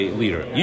leader